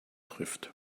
trifft